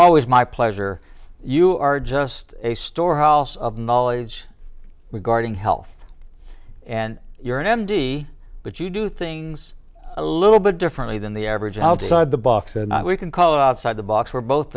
always my pleasure you are just a storehouse of knowledge regarding health and you're an m d but you do things a little bit differently than the average outside the box and we can call out side the box we're both